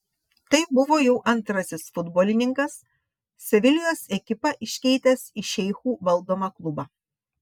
tai buvo jau antrasis futbolininkas sevilijos ekipą iškeitęs į šeichų valdomą klubą